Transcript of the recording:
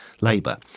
Labour